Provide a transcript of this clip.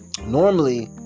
normally